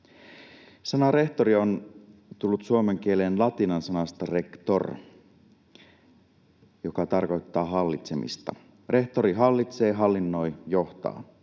Sana ”rehtori” on tullut suomen kieleen latinan sanasta ”rector”, joka tarkoittaa hallitsemista. Rehtori hallitsee, hallinnoi, johtaa.